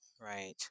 Right